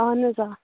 اہن حظ آ